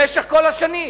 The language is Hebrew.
במשך כל השנים?